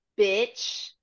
bitch